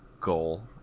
goal